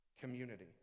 community